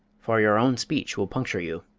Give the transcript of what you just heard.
for your own speech will puncture you.